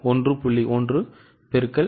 1 X 1